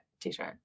t-shirt